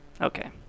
Okay